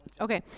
Okay